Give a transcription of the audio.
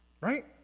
right